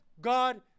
god